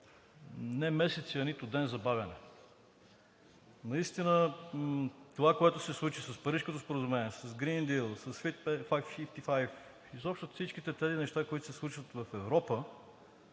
не месеци, нито ден забавяне. Наистина това, което се случи с Парижкото споразумение, с „Грийн дийл“, с Fit for 55, изобщо всичките тези неща, които се случват в Европа,